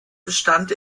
bestand